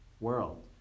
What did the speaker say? world